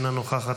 אינה נוכחת,